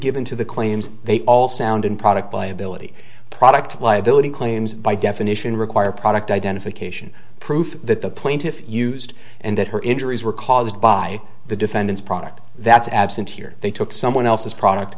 given to the claims they all sound and product liability product liability claims by definition require product identification proof that the plaintiff used and that her injuries were caused by the defendant's product that's absent here they took someone else's product